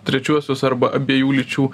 trečiuosius arba abiejų lyčių